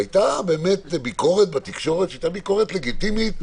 על כך הייתה ביקורת לגיטימית בתקשורת.